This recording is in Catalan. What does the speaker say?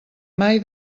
mai